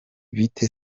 bite